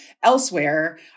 elsewhere